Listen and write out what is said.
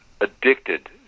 addicted